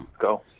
go